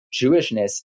Jewishness